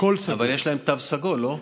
הרי יש להם תו סגול, לא?